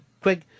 quick